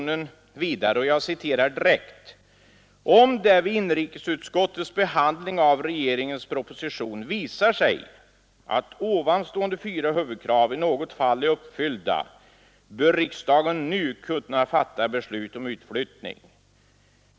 Det heter i motionen vidare: ”Om det vid inrikesutskottets behandling av regeringens proposition visar sig att ovanstående fyra huvudkrav i något fall är uppfyllda bör riksdagen nu kunna fatta beslut om utflyttning.